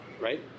right